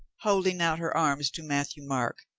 holding out her arms to matthieu-marc.